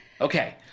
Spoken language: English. Okay